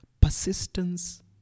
persistence